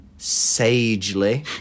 Sagely